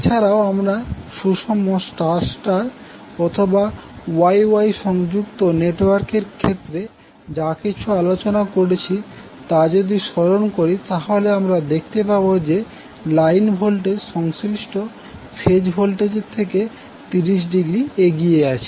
এছাড়াও আমরা সুষম স্টার স্টার অথবা Y Y সংযুক্ত নেটওয়ার্কের ক্ষেত্রে যা কিছু আলোচনা করেছি তা যদি স্মরণ করি তাহলে আমরা দেখতে পাবো যে লাইন ভোল্টেজ সংশ্লিষ্ট ফেজ ভোল্টেজের থেকে 30০ এগিয়ে আছে